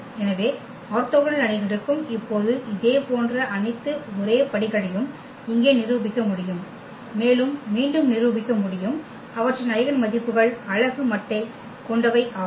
எனவே ஆர்த்தோகனல் அணிகளுக்கும் இப்போது இதேபோன்ற அனைத்து ஒரே படிகளையும் இங்கே நிரூபிக்க முடியும் மேலும் மீண்டும் நிரூபிக்க முடியும் அவற்றின் ஐகென் மதிப்புகள் அலகு மட்டை கொண்டவை ஆகும்